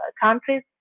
countries